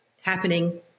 happening